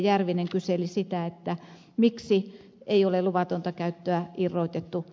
järvinen kyseli sitä miksi ei ole luvatonta käyttöä irrotettu